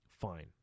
Fine